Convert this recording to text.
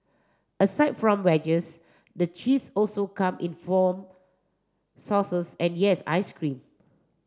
aside from wedges the cheese also come in foam sauces and yes ice cream